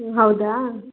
ಹ್ಞೂ ಹೌದಾ